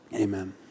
amen